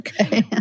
okay